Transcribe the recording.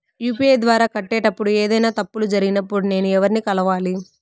UPI ద్వారా కట్టేటప్పుడు ఏదైనా తప్పులు జరిగినప్పుడు నేను ఎవర్ని కలవాలి?